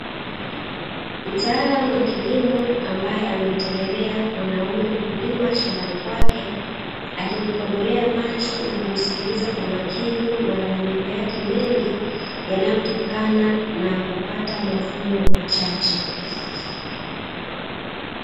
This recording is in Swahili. Mtaalamu wa kilimo ambaye amemtembelea mkulima wake, akimkodolea macho na kumsikiliza kwa makini malamiko yake mengi, yanayotokana na kupata mavuno machache.